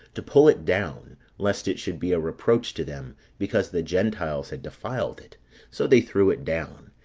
to pull it down lest it should be a reproach to them, because the gentiles had defiled it so they threw it down.